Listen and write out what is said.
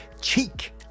cheek